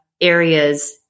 areas